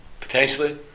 potentially